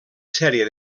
sèrie